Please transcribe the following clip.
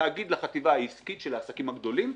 תאגיד לחטיבה העסקית של העסקים הגדולים,